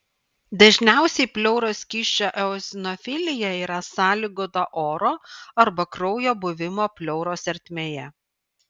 dažniausiai pleuros skysčio eozinofilija yra sąlygota oro arba kraujo buvimo pleuros ertmėje